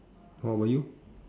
what about you